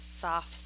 Soft